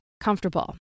comfortable